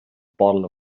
bottle